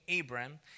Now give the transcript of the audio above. Abram